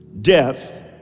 Death